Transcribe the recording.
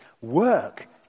work